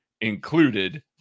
included